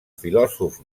filòsof